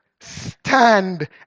Stand